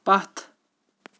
پتھ